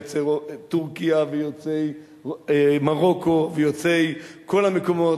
יוצאי טורקיה ויוצאי מרוקו ויוצאי כל המקומות,